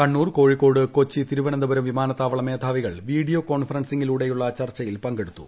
കണ്ണൂർ കോഴിക്കോട് കൊച്ചി തിരുവനന്തപുരം വിമാനത്താവള മേധാവികൾ വീഡിയോ കോൺഫറൻസിംഗിലൂടെയുളള ചർച്ചയിൽ പങ്കെടുത്തു